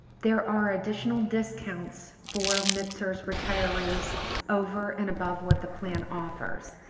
there are additional discounts for mpsers retirees over and above what the plan offers.